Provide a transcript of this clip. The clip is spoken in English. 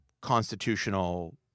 constitutional